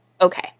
Okay